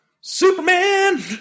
Superman